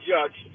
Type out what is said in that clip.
Judge